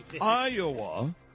Iowa